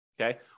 Okay